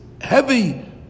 heavy